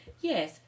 Yes